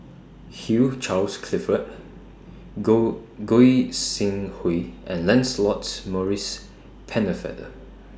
Hugh Charles Clifford Go Goi Seng Hui and Lancelot Maurice Pennefather